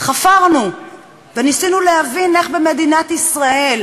חפרנו וניסינו להבין איך במדינת ישראל